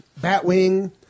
Batwing